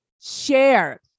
share